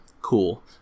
cool